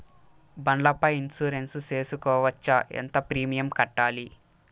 బండ్ల పై ఇన్సూరెన్సు సేసుకోవచ్చా? ఎంత ప్రీమియం కట్టాలి?